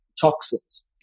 toxins